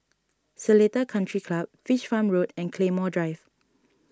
Seletar Country Club Fish Farm Road and Claymore Drive